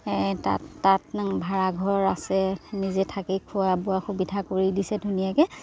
তাত তাত ভাড়াঘৰ আছে নিজে থাকি খোৱা বোৱা সুবিধা কৰি দিছে ধুনীয়াকৈ